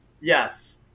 Yes